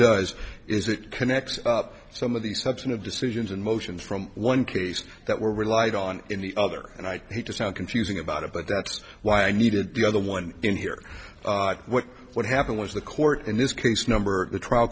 does is it connects up some of the substantive decisions and motions from one case that were relied on in the other and i hate to sound confusing about it but that's why i needed the other one in here what would happen was the court in this case number the trial